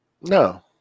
No